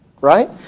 right